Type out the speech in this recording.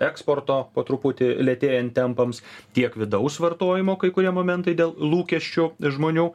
eksporto po truputį lėtėjant tempams tiek vidaus vartojimo kai kurie momentai dėl lūkesčių žmonių